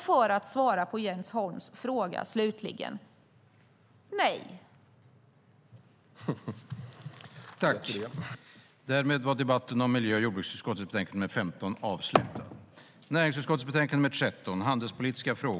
För att svara på Jens Holms fråga, slutligen: Nej.